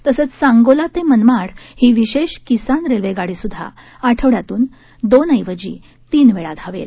तसंच सांगोला ते मनमाड ही विशेष किसान रेल्वे गाडी सुद्धा आठवड्यातून दोनदा ऐवजी तीनदा धावेल